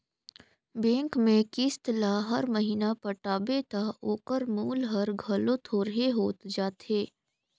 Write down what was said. bank में किस्त ल हर महिना पटाबे ता ओकर मूल हर घलो थोरहें होत जाथे